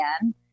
again